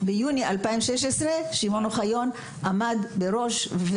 שמעון אוחיון עמד בראש,